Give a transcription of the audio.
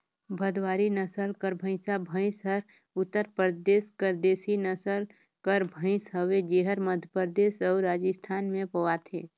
भदवारी नसल कर भंइसा भंइस हर उत्तर परदेस कर देसी नसल कर भंइस हवे जेहर मध्यपरदेस अउ राजिस्थान में पवाथे